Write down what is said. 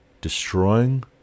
destroying